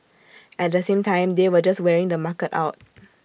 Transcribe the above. at the same time they were just wearing the market out